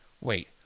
wait